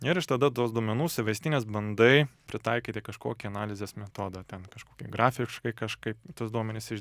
ir iš tada tos duomenų suvestinės bandai pritaikyti kažkokį analizės metodą ten kažkokį grafiškai kažkaip tuos duomenis iš